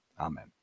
Amen